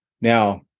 Now